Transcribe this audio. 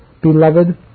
Beloved